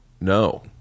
no